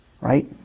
right